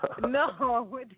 No